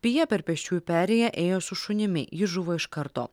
pija per pėsčiųjų perėją ėjo su šunimi jis žuvo iš karto